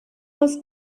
was